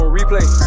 replay